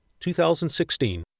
2016